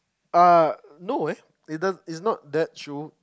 err no eh it's it's not that true